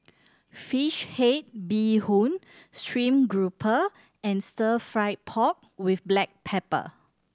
fish head bee hoon stream grouper and Stir Fried Pork With Black Pepper